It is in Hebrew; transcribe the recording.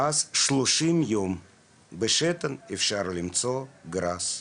אז 30 יום בשתן אפשר למצוא את הגראס,